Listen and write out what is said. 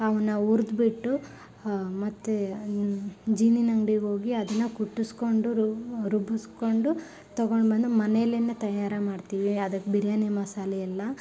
ಅವನ್ನ ಉರಿದ್ಬಿಟ್ಟು ಮತ್ತು ಅನ್ ಜೀನಿನ ಅಂಗ್ಡಿಗೆ ಹೋಗಿ ಅದನ್ನು ಕುಟ್ಟಿಸ್ಕೊಂಡು ರುಬ್ಬಿಸ್ಕೊಂಡು ತಗೊಂಡು ಬಂದು ಮನೆಯಲ್ಲೇನೆ ತಯಾರು ಮಾಡ್ತೀವಿ ಅದಕ್ಕೆ ಬಿರಿಯಾನಿ ಮಸಾಲೆ ಎಲ್ಲ